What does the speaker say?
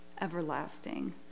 everlasting